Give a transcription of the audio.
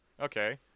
okay